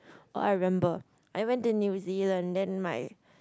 oh I remember I went to new-zealand then my